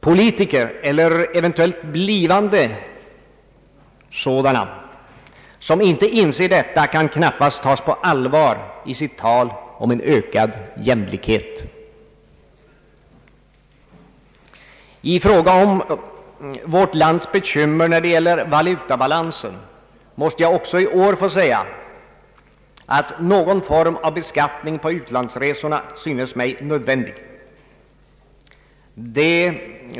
Politiker eller eventuellt blivande sådana, som inte inser detta, kan knappast tas på allvar i sitt tal om ökad jämlikhet. I fråga om vårt lands bekymmer för valutabalansen måste jag också i år få säga att någon form av beskattning på utlandsresorna synes mig nödvändig.